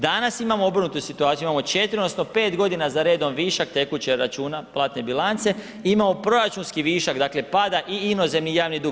Danas imamo obrnutu situaciju, imamo 4 odnosno 5.g. za redom višak tekućeg računa platne bilance i imamo proračunski višak, dakle pada i inozemni javni dug.